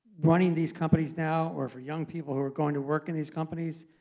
running these companies now, or for young people who were going to work in these companies,